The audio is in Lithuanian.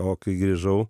o kai grįžau